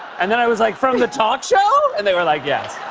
and then i was like, from the talk show? and they were like, yes.